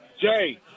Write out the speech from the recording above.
Jay